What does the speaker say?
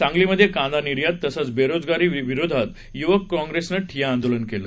सांगलीमध्ये कांदा निर्यात तसंच बेरोजगारी विरोधात युवक काँप्रेसनं ठिय्या आंदोलन केलं